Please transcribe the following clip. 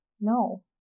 No